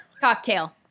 Cocktail